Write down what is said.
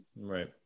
Right